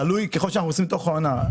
תלוי, ככל שאנחנו נכנסים לתוך העונה.